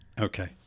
Okay